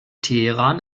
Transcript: teheran